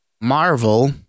Marvel